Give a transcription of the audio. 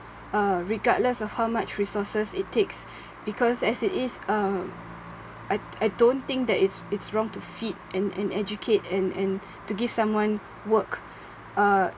uh regardless of how much resources it takes because as it is uh I I don't think that it's it's wrong to feed and and educate and and to give someone work uh